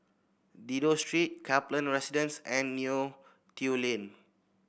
Dido Street Kaplan Residence and Neo Tiew Lane